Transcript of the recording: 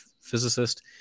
physicist